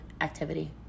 activity